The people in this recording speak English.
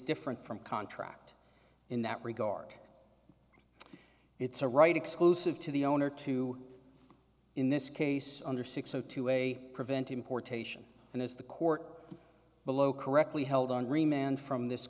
different from contract in that regard it's a right exclusive to the owner to in this case under six so to a prevent importation and as the court below correctly held on remand from this